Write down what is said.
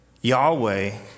Yahweh